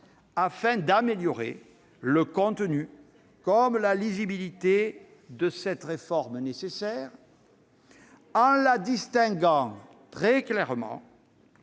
afin d'améliorer le contenu et la lisibilité de cette réforme nécessaire, en la distinguant très clairement